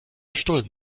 stullen